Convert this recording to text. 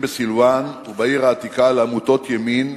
בסילואן ובעיר העתיקה לעמותות ימין,